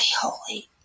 holy